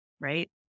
right